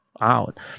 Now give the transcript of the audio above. out